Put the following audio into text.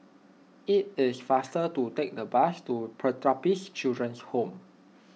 it is faster to take the bus to Pertapis Children's Home